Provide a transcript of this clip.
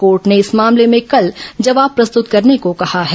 court ने इस मामले में कल जवाब प्रस्तूत करने को कहा है